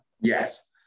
Yes